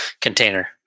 container